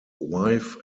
wife